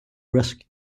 risk